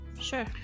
sure